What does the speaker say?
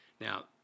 Now